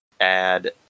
Add